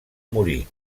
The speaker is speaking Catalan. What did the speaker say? morir